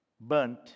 burnt